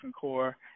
core